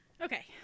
Okay